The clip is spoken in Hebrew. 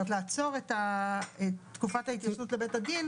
כלומר לעצור את תקופת ההתיישנות לבית הדין